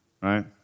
right